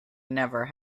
never